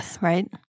right